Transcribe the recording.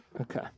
Okay